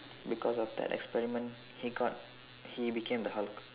because of the experiment he got he became the Hulk